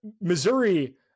Missouri